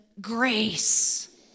grace